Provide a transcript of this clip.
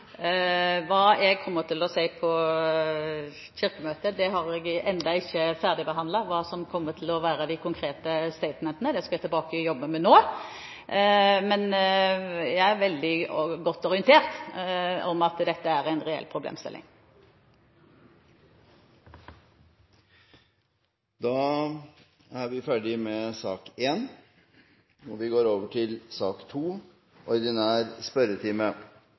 hva jeg kommer til å si på Kirkemøtet, har jeg ennå ikke ferdigbehandlet hva som kommer til å være de konkrete «statement». Det skal jeg tilbake og jobbe med nå. Men jeg er veldig godt orientert om at dette er en reell problemstilling. Den muntlige spørretimen er nå omme, og vi går over til